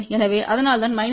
எனவே அதனால்தான் 3